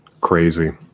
Crazy